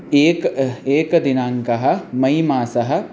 एकः एकदिनाङ्कः मै मासः